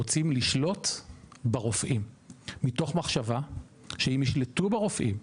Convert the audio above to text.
רוצים לשלוט ברופאים מתוך מחשבה שאם ישלטו ברופאים,